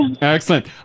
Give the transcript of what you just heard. excellent